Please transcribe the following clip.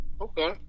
Okay